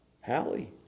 Hallie